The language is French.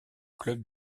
club